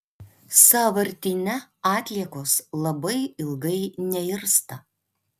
sąvartyne atliekos labai ilgai neirsta